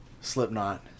Slipknot